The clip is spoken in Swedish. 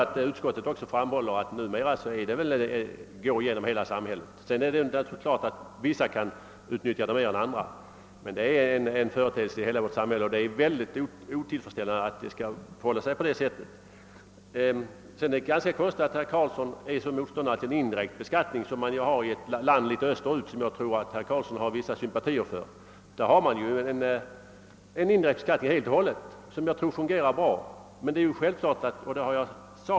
Även utskottet skriver att skattefusket numera är någonting som går genom hela samhället. Det är klart att vissa människor kan utnyttja möjligheterna till skattefusk mer än andra, men själva företeelsen går som sagt genom hela samhället, vilket är ytterst otillfredsställande. Sedan är det också ganska egendomligt att herr Karlsson i Huddinge är så stark motståndare till den indirekta beskattningen, eftersom det ju är ett system som tillämpas i ett stort land österut, ett land som herr Karlsson har vissa sympatier för. Där har man en genomgående indirekt beskattning, och jag tror att det systemet fungerar bra.